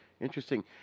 Interesting